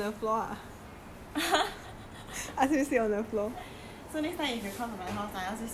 so next time if you come my house I ask you sit on the floor also ah